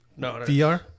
VR